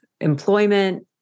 employment